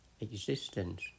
existence